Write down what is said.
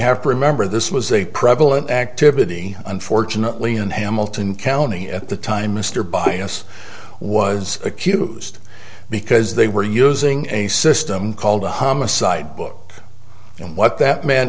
have to remember this was a prevalent activity unfortunately in hamilton county at the time mr bias was accused because they were using a system called a homicide book and what that mean